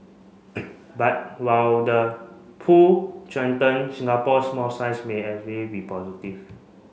but while the pool strengthened Singapore's small size may actually be positive